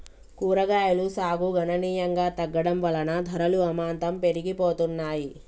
కూరగాయలు సాగు గణనీయంగా తగ్గడం వలన ధరలు అమాంతం పెరిగిపోతున్నాయి